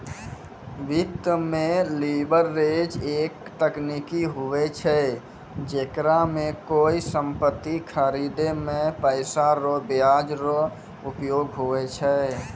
वित्त मे लीवरेज एक तकनीक हुवै छै जेकरा मे कोय सम्पति खरीदे मे पैसा रो ब्याज रो उपयोग हुवै छै